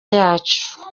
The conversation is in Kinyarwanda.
yacu